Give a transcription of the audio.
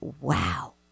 wow